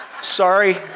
Sorry